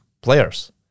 players